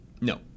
No